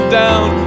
down